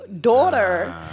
daughter